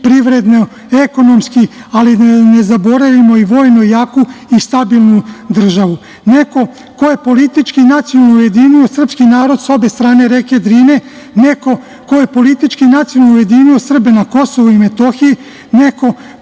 privrednu, ekonomski, ali da ne zaboravimo i vojno jaku i stabilnu državu. Neko ko je politički nacionalno ujedinio srpski narod, sa obe strane reke Drine, neko ko je politički nacionalno ujedinio Srbe na KiM, neko